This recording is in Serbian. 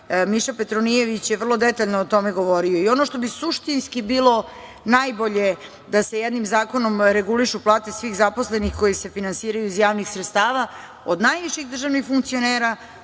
Miša Petronijević je vrlo detaljno o tome govorio. I ono što bi suštinski bilo najbolje da se jednim zakonom regulišu plate svih zaposlenih koji se finansiraju iz javnih sredstava, od najviših državnih funkcionera